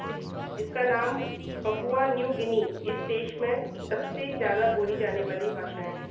जिस जिसका नाम पापुआ न्यू गिनी इस देश में सब से ज़्यादा बोली जाने वाली भाषाएं हैं